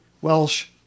Welsh